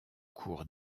cours